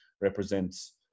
represents